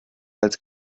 als